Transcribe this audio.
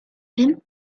him